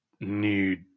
need